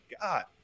god